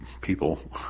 people